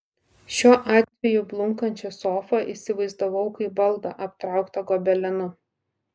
šiuo atveju blunkančią sofą įsivaizdavau kaip baldą aptrauktą gobelenu